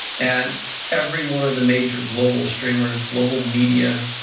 and every one of the major global streamers, global media,